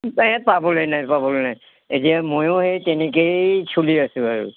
এই পাবলৈ নাই পাবলৈ নাই এতিয়া মইও সেই তেনেকেই চলি আছোঁ আৰু